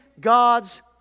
God's